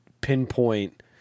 pinpoint